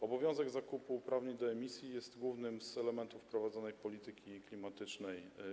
Obowiązek zakupu uprawnień do emisji jest głównym z elementów unijnej polityki klimatycznej.